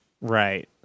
Right